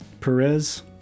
Perez